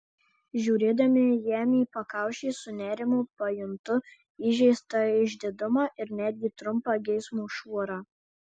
žiūrėdama jam į pakaušį su nerimu pajuntu įžeistą išdidumą ir netgi trumpą geismo šuorą